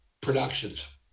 productions